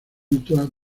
mutua